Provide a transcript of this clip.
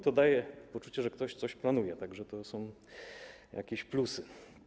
To daje poczucie, że ktoś coś planuje, tak że to są jakieś plusy.